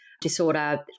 disorder